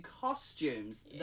costumes